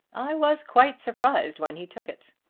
i was quite surprised when he took it.